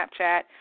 Snapchat